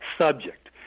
subject